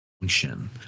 function